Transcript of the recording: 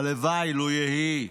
הלוואי, לו יהי.